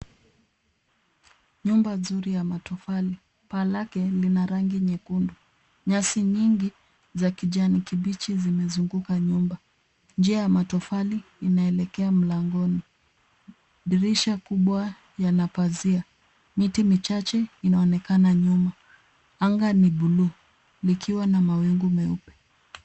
Nyumba nzuri ya matofali. Paa lake lina rangi nyekundu. Nyasi nyingi za kijani kibichi zimezunguka nyumba. Njia ya matofali inaelekea mlangoni. Dirisha kubwa yana pazia. Miti michache inaonekana nyuma. Anga ni buluu likiwa na mawingu meupe.